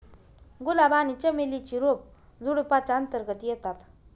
गुलाब आणि चमेली ची रोप झुडुपाच्या अंतर्गत येतात